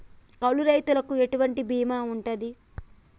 కౌలు రైతులకు ఎటువంటి బీమా ఉంటది?